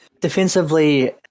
defensively